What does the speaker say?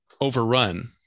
overrun